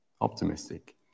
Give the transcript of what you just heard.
Optimistic